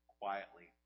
quietly